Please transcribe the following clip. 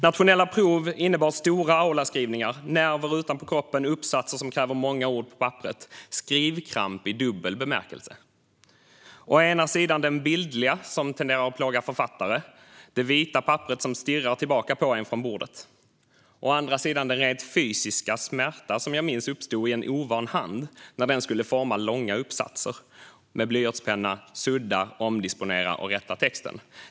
Nationella prov innebar stora aulaskrivningar, nerver utanpå kroppen, uppsatser som krävde många ord på papperet och skrivkramp i dubbel bemärkelse - å ena sidan den bildliga som tenderar att plåga författare, det vita papperet som stirrar tillbaka på en från bordet; å andra sidan den rent fysiska smärta som jag minns uppstod i en ovan hand när den skulle forma långa uppsatser med blyertspenna, sudda, omdisponera och rätta texten.